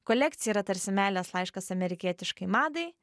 kolekcija yra tarsi meilės laiškas amerikietiškai madai